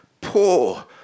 poor